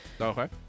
Okay